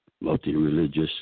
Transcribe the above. multi-religious